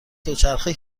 دوچرخه